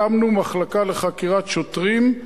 הקמנו מחלקה לחקירות שוטרים,